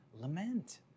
Lament